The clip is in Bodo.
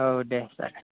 औ दे जागोन